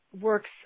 works